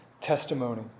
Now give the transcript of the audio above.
testimony